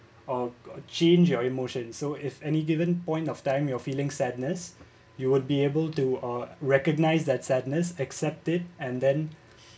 uh change your emotion so if any given point of time you're feeling sadness you won't be able to uh recognise that sadness accept it and then